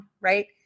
right